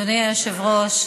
אדוני היושב-ראש,